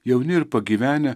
jauni ir pagyvenę